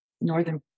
northern